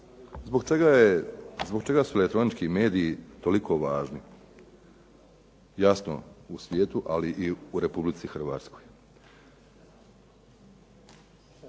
Zbog čega su elektronički mediji toliko važni, jasno u svijetu ali i u Republici Hrvatskoj.